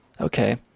Okay